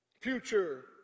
Future